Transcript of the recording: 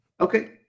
Okay